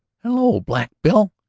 hello, black bill,